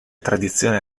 tradizione